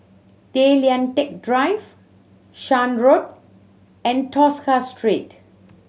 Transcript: Tay Lian Teck Drive Shan Road and Tosca Street